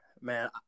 man